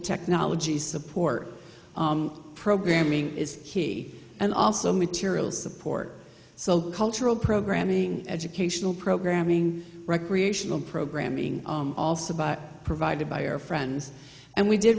technology support programming is key and also material support so cultural programming educational programming recreational programming also provided by our friends and we did